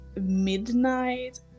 midnight